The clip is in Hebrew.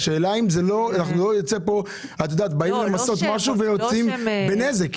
שלא נבוא למסות משהו ונצא בנזק.